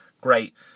great